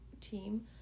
team